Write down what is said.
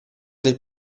del